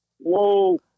Whoa